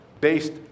based